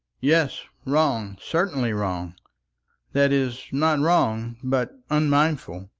yes, wrong, certainly wrong that is, not wrong, but unmindful.